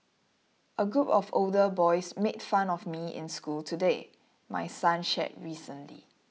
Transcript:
a group of older boys made fun of me in school today my son shared recently